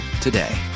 today